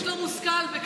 גם שימוש לא מושכל בקנביס,